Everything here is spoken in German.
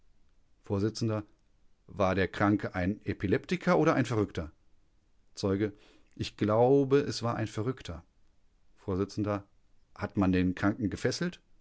vors war der kranke ein epileptiker oder ein verrückter zeuge ich glaube es war ein verrückter vors hat man den kranken gefesselt